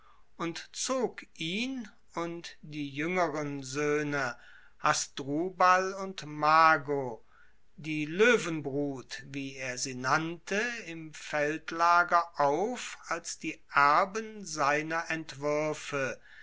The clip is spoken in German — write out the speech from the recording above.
und zog ihn und die juengeren soehne hasdrubal und mago die loewenbrut wie er sie nannte im feldlager auf als die erben seiner entwuerfe